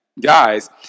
guys